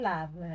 Love